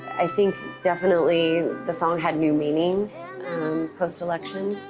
i think, definitely, the song had new meaning um post-election.